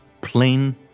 plain